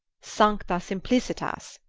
sancta simplicitas!